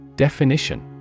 Definition